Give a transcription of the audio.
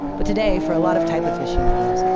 but today, for a lot of type aficionados,